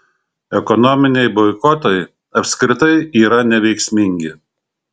ekonominiai boikotai apskritai yra neveiksmingi